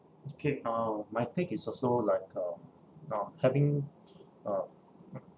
okay uh my take is also like uh uh having uh